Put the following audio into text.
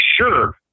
sure